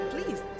please